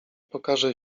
pokażę